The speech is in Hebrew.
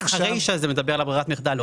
הרישה מדבר על ברירת המחדל.